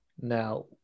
Now